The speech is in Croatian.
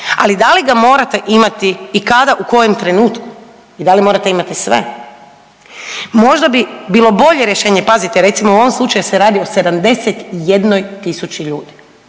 Ali, da li ga morate imati i kada, u kojem trenutku i da li morate imati sve? Možda bi bilo bolje rješenje, pazite, recimo u ovom slučaju se radi o 71 tisući ljudi.